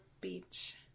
beach